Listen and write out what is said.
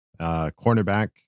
cornerback